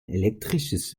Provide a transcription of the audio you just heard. elektrisches